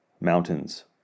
mountains